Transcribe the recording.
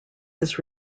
his